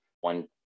one